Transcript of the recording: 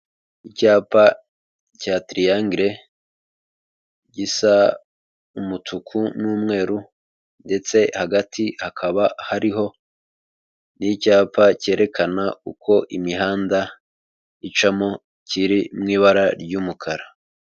Icyapa cya tiriyangere gisa umutuku n'umweru ndetse hagati hakaba hariho n'icyapa cyerekana uko imihanda icamo kiri mu ibara ry'umukara.